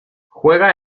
juega